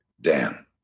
Dan